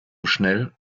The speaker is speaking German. schnell